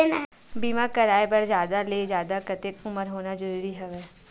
बीमा कराय बर जादा ले जादा कतेक उमर होना जरूरी हवय?